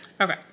Okay